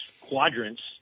quadrants